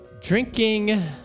drinking